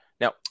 Now